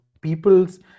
people's